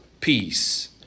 peace